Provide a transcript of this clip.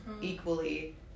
equally